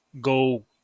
go